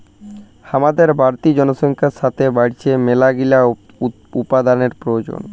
হামাদের বাড়তি জনসংখ্যার সাতে বাইড়ছে মেলাগিলা উপাদানের প্রয়োজন